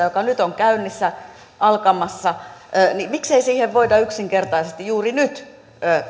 joka nyt on käynnissä alkamassa voida yksinkertaisesti juuri nyt